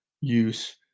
use